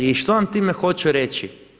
I što vam time hoću reći?